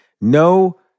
No